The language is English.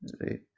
right